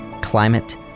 climate